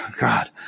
god